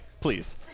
please